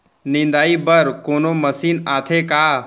निंदाई बर कोनो मशीन आथे का?